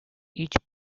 each